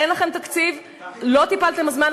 אין לכם תקציב, לא טיפלתם בזמן.